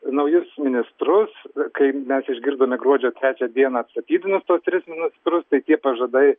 naujus ministrus ir kaip mes išgirdome gruodžio trečią dieną dieną atstatydinus tuos tris ministrus tai tie pažadai